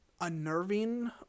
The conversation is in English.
unnerving